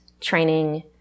training